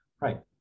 right